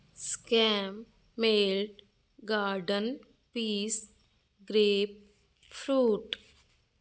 scammed garden peas grapefruit